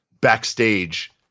backstage